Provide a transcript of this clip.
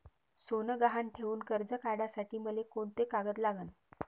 सोनं गहान ठेऊन कर्ज काढासाठी मले कोंते कागद लागन?